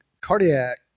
cardiac